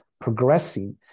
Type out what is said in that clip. progressing